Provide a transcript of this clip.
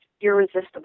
irresistible